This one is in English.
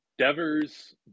Devers